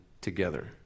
together